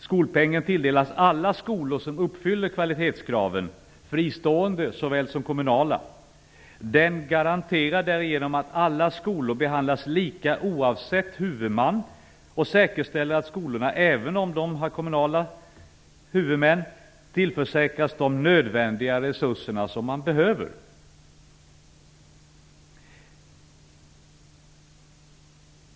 Skolpengen tilldelas alla skolor som uppfyller kvalitetskraven, fristående såväl som kommunala. Den garanterar därigenom att alla skolor behandlas lika oavsett huvudman och säkerställer att skolorna, även om de har kommunal huvudman, tillförsäkras de nödvändiga resurserna.